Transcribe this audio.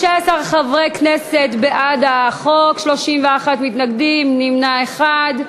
15 חברי כנסת בעד החוק, 31 מתנגדים, נמנע אחד.